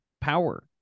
power